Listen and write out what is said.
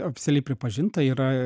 oficialiai pripažinta yra